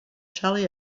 shelly